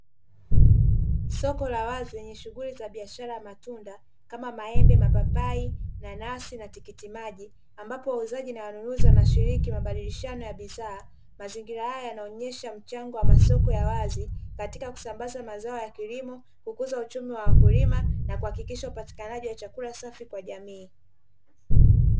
Soko la wazi lenye shughuli ya biashara ya matunda kama maembe, mapapai, nanasi na tikiti maji ambapo wauzaji na wanunuzi wanashiriki mabadilishano ya bidhaa mazingira haya yanaonyesha mchango wa masoko ya wazi katika kusambaza mazao ya kilimo kukuza uchumi wa wakulima na kuhakikisha upatikanaji wa chakula safi kwa jamii.